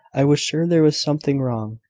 i was sure there was something wrong.